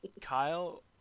Kyle